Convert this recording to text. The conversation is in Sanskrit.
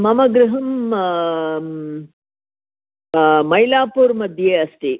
मम गृहं मैलापुर् मध्ये अस्ति